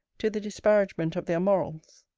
to the disparagement of their morals.